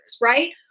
right